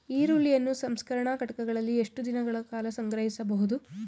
ಈರುಳ್ಳಿಯನ್ನು ಸಂಸ್ಕರಣಾ ಘಟಕಗಳಲ್ಲಿ ಎಷ್ಟು ದಿನಗಳ ಕಾಲ ಸಂಗ್ರಹಿಸಬಹುದು?